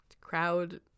crowd